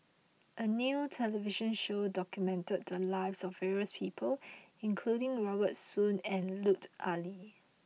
a new television show documented the lives of various people including Robert Soon and Lut Ali